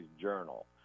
journal